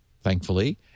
thankfully